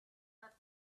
that